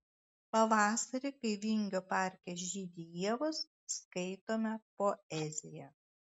pavasarį kai vingio parke žydi ievos skaitome poeziją